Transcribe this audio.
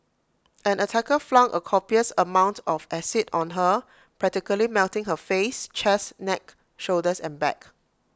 an attacker flung A copious amount of acid on her practically melting her face chest neck shoulders and back